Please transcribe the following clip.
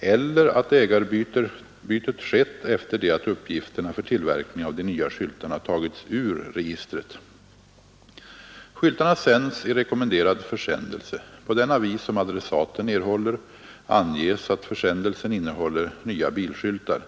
eller att ägarbytet skett efter det att uppgifterna för tillverkningen av de nya skyltarna tagits ur registret. Skyltarna sänds i rekommenderad försändelse. På den avi som adressaten erhåller anges att försändelsen innehåller nya bilskyltar.